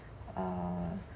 err